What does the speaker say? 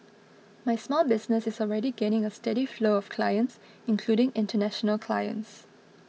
my small business is already gaining a steady flow of clients including international clients